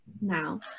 now